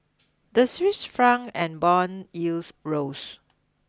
the Swiss franc and bond yields rose